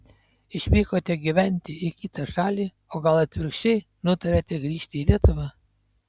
išvykote gyventi į kitą šalį o gal atvirkščiai nutarėte grįžti į lietuvą